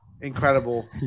Incredible